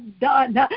done